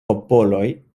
popoloj